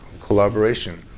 collaboration